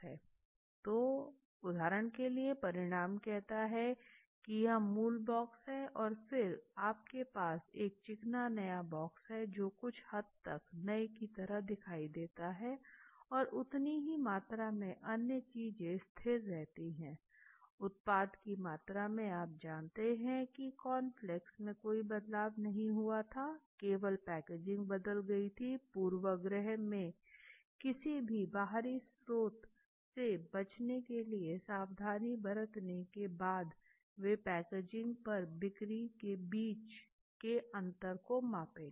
तो उदाहरण के लिए परिणाम कहता है कि यह मूल बॉक्स है और फिर आपके पास एक चिकना नया बॉक्स है जो कुछ हद तक नए की तरह दिखता है और उतनी ही मात्रा में अन्य चीजें स्थिर रहती हैं उत्पाद की मात्रा में आप जानते हैं कि कॉर्नफ्लेक्स में कोई बदलाव नहीं हुआ था केवल पैकेजिंग बदल जाएगी पूर्वाग्रह के किसी भी बाहरी स्रोत से बचने के लिए सावधानी बरतने के बाद वे पैकेजिंग पर बिक्री के बीच के अंतर को मापेंगे